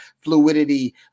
fluidity